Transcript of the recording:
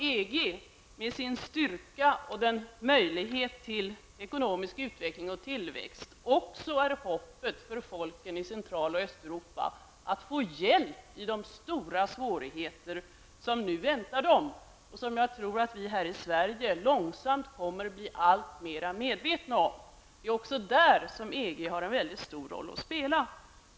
EG med sin styrka och den möjlighet till ekonomisk utveckling och tillväxt är också hoppet för folken i Central och Östeuropa om att få hjälp i de stora svårigheter som nu väntar dem och som jag tror att vi här i Sverige långsamt kommer att bli allmera medvetna om. EG har en mycket stor roll att spela i det avseendet.